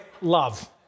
love